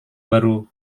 baru